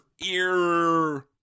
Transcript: ear